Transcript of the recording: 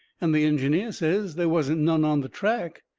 and the engineer says they wasn't none on the track.